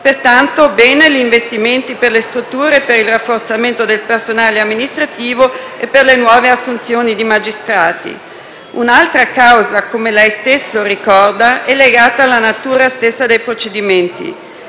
pertanto gli investimenti per le strutture, per il rafforzamento del personale amministrativo e per le nuove assunzione di magistrati. Un'altra causa, come lei stesso ricorda, è legata alla natura stessa dei procedimenti: